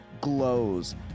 glows